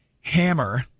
Hammer